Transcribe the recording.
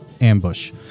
ambush